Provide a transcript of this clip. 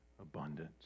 Abundance